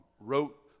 wrote